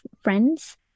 Friends